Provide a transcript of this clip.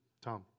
Tom